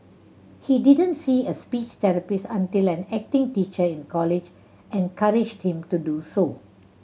he didn't see a speech therapist until an acting teacher in college encouraged him to do so